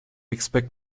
expect